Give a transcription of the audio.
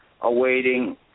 awaiting